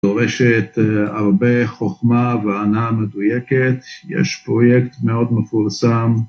דורשת הרבה חוכמה וענה מדויקת, יש פרויקט מאוד מפורסם.